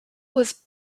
was